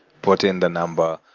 put in the number.